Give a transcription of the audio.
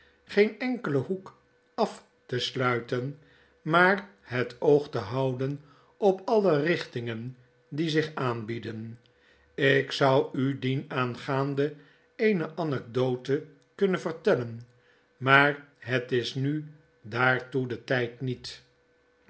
geen enkelen hoek af te sluiten maar het oog te houden op alle richtingen die zich aanbieden ik zou u dienaangaande eene anekdote kunnen vertellen maar het is nu daartoe de tgd niet